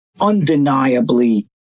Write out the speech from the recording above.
undeniably